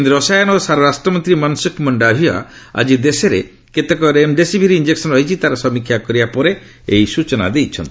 କେନ୍ଦ୍ର ରସାୟନ ଓ ସାର ରାଷ୍ଟ୍ରମନ୍ତ୍ରୀ ମନସୁଖ ମଣ୍ଡାଭିୟ ଆଜି ଦେଶରେ କେତେ ରେମ୍ଡେସିଭିର୍ ଇଞ୍ଜକସନ୍ ରହିଛି ତାହାର ସମୀକ୍ଷା କରିବା ପରେ ଏହି ସ୍ବଚନା ଦେଇଛନ୍ତି